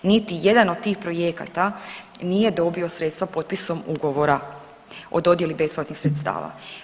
Niti jedan od tih projekata nije dobio sredstva potpisom ugovora o dodjeli besplatnih sredstava.